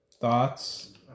thoughts